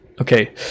Okay